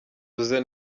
yavuze